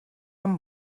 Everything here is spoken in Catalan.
amb